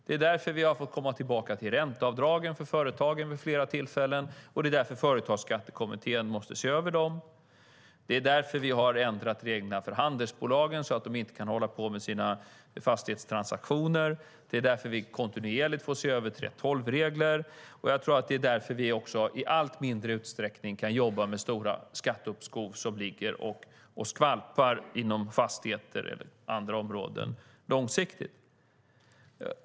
Det är därför som vi vid flera tillfällen har kommit tillbaka till ränteavdragen för företagen, och det är därför som Företagsskattekommittén måste se över dem. Det är därför som vi har ändrat reglerna för handelsbolagen så att de inte kan hålla på med sina fastighetstransaktioner. Det är därför som vi kontinuerligt ser över 3:12-regler. Det är också därför som vi i allt mindre utsträckning kan jobba med stora skatteuppskov som långsiktigt ligger och skvalpar inom fastigheter eller andra områden.